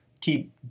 keep